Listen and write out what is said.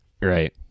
Right